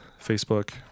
Facebook